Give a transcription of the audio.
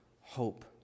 hope